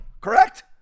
correct